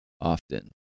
often